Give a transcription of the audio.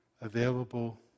available